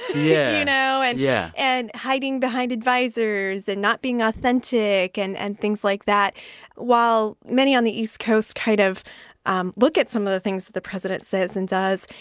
yeah. you know, and yeah and hiding behind advisers and not being authentic and and things like that while many on the east coast kind of um look at some of the things that the president says and does,